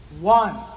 One